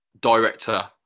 director